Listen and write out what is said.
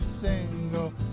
single